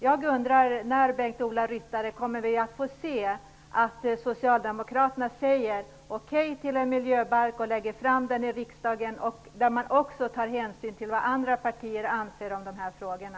Jag undrar, Bengt-Ola Ryttar: När kommer vi att få se att Socialdemokraterna säger okej till en miljöbalk och lägger fram ett förslag i riksdagen där man också tar hänsyn till vad andra partier anser om de här frågorna?